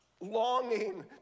Longing